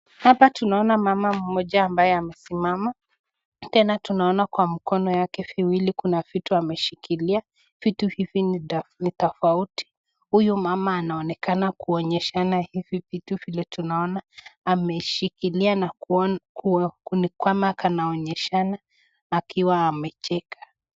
Hapa tunaona mama Mmoja ambaye amesimama, Tena tunaona kwa mkono wake viwili Kuna vitu amevishikilia, vitu hivi ni tofauti tofauti, huyu mama anaonekana kuonyeshana hivi vitu hivi tunaona ameshikilia kana kwamba anaonyeshana akiwa amecheka.